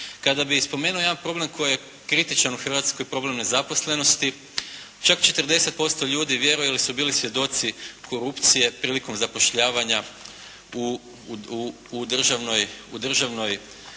Kada bih spomenuo jedan problem koji je kritičan u Hrvatskoj, problem nezaposlenosti, čak 40% vjeruje ili su bili svjedoci korupcije prilikom zapošljavanja u državnoj